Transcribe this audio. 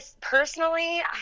personally